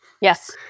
Yes